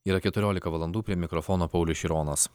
yra keturiolika valandų prie mikrofono paulius šironas